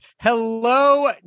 hello